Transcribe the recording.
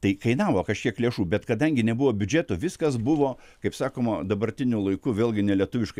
tai kainavo kažkiek lėšų bet kadangi nebuvo biudžeto viskas buvo kaip sakoma dabartiniu laiku vėlgi nelietuviškai